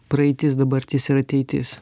praeitis dabartis ir ateitis